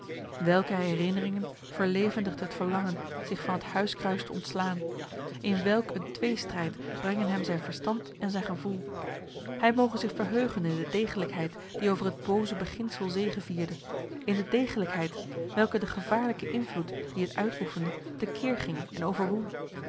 welke herinneringen verlevendigt het verlangen zich van het huiskruis te ontslaan in welk een tweestrijd brengen hem zijn verstand en zijn gevoel hij moge zich verheugen in de degelijkheid die over het booze beginsel zegevierde in de degelijkheid welke den gevaarlijken invloed dien het uitoefende te keer ging en overwon